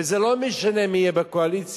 וזה לא משנה מי יהיה בקואליציה.